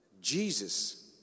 Jesus